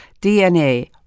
DNA